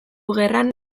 gerran